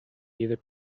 either